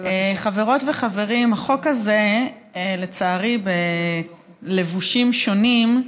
חברות וחברים, החוק הזה, לצערי, בלבושים שונים,